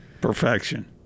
Perfection